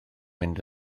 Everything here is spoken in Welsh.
mynd